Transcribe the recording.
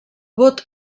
vot